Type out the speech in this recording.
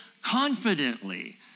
confidently